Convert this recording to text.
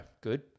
Good